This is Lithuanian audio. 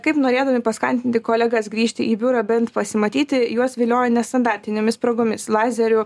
kaip norėdami paskatinti kolegas grįžti į biurą bent pasimatyti juos vilioja nestandartinėmis progomis lazerių